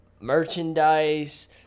merchandise